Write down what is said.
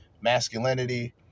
masculinity